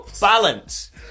Balance